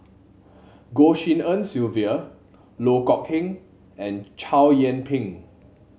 Goh Tshin En Sylvia Loh Kok Heng and Chow Yian Ping